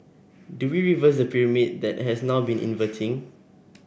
do we reverse the pyramid that has now been inverting